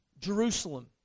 Jerusalem